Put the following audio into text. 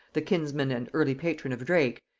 the kinsman and early patron of drake,